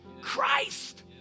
Christ